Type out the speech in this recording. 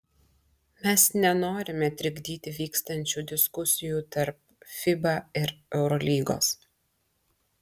mes nenorime trikdyti vykstančių diskusijų tarp fiba ir eurolygos